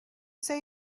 say